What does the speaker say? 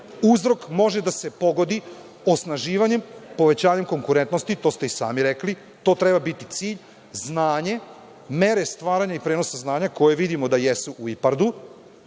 uzrok. Uzrok može da se pogodi osnaživanjem, povećanjem konkurentnosti, to ste i sami rekli, to treba biti cilj, znanje, mere stvaranja i prenosa znanja koje vidimo da jesu u IPARD-u,